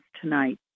tonight